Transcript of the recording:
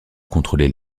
contrôlait